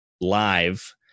live